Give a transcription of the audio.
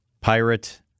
Pirate